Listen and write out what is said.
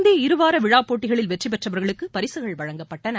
இந்தி இருவார விழா போட்டிகளில் வெற்றிபெற்றவர்களுக்கு பரிசுகள் வழங்கப்பட்டன